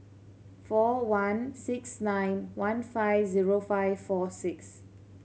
four one six nine one five zero five four six